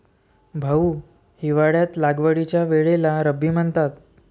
भाऊ, हिवाळ्यात लागवडीच्या वेळेला रब्बी म्हणतात